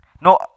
No